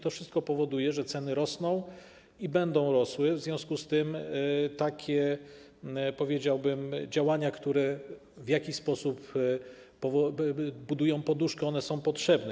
To wszystko powoduje, że ceny rosną i będą rosły, w związku z tym takie - powiedziałbym - działania, które w jakiś sposób budują poduszkę, są potrzebne.